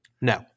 No